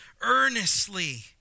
earnestly